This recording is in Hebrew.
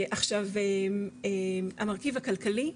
עכשיו המרכיב הכלכלי,